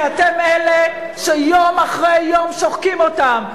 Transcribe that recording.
כי אתם אלה שיום אחרי יום שוחקים אותם.